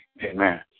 Amen